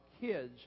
kids